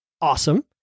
Awesome